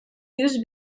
yüz